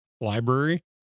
library